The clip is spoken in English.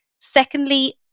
Secondly